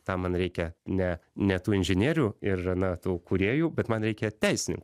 tam man reikia ne ne tų inžinierių ir na tų kūrėjų bet man reikia teisinių